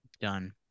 done